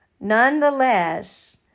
Nonetheless